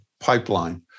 pipeline